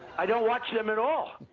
i don't watch them at all.